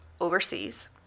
overseas